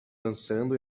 dançando